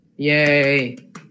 Yay